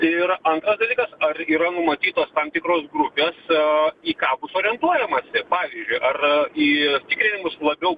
ir antras dalykas ar yra numatytos tam tikros grupės a į ką bus orientuojamasi pavyzdžiui ar į tikrinimus labiau